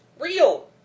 real